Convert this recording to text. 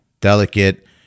delicate